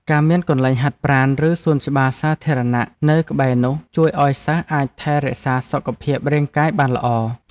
ការមានកន្លែងហាត់ប្រាណឬសួនច្បារសាធារណៈនៅក្បែរនោះជួយឱ្យសិស្សអាចថែរក្សាសុខភាពរាងកាយបានល្អ។